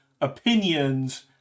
opinions